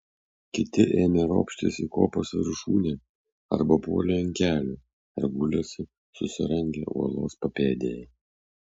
kiti ėmė ropštis į kopos viršūnę arba puolė ant kelių ar gulėsi susirangę uolos papėdėje